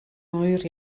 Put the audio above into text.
oer